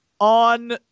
on